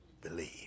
believe